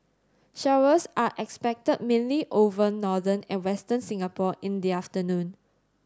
showers are expected mainly over northern and western Singapore in the afternoon